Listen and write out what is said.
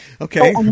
Okay